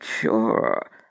sure